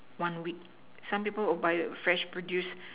one week some people buy fresh produce